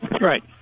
right